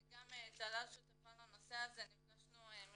גם טלל שותפה לנושא הזה, נפגשנו עם